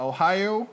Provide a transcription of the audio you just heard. Ohio